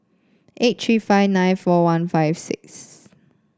eight three five nine four one five six